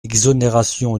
exonération